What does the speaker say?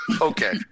Okay